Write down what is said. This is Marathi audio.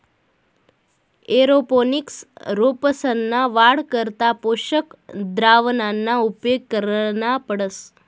एअरोपोनिक्स रोपंसना वाढ करता पोषक द्रावणना उपेग करना पडस